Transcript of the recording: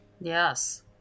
Yes